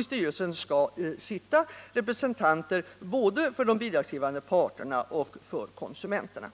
I styrelsen för nämnden skall sitta representanter både för de bidragsgivande parterna och för konsumenterna.